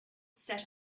sat